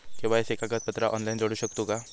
KYC कागदपत्रा online जोडू शकतू का?